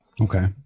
okay